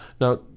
Now